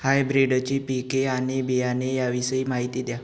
हायब्रिडची पिके आणि बियाणे याविषयी माहिती द्या